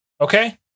Okay